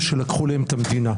וזה שלקחו להם את המדינה,